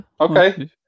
Okay